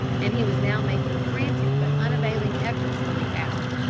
and he was now making frantic but unavailing efforts to leap out.